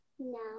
No